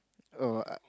oh err